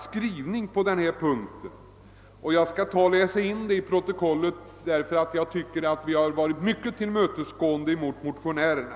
Jag skall läsa in denna utskottets skrivning till protokollet, eftersom jag anser att utskottet varit mycket tillmötesgående mot motionärerna.